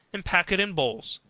and pack it in bowls,